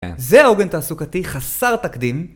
זה עוגן תעסוקתי, חסר תקדים!